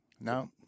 No